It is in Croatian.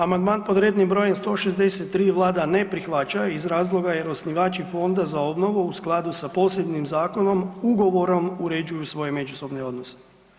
Amandman pod rednim br. 163 vlada ne prihvaća iz razloga jer osnivači fonda za obnovu u skladu sa posebnim zakonom ugovorom uređuju svoje međusobne odnose.